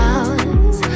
Hours